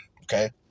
Okay